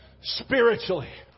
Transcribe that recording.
spiritually